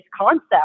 concept